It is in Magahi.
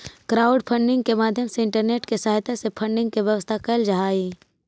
क्राउडफंडिंग के माध्यम से इंटरनेट के सहायता से फंडिंग के व्यवस्था कैल जा हई